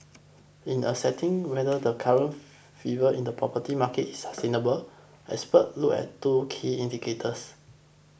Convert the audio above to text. in assessing whether the current fever in the property market is sustainable experts look at two key indicators